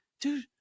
Dude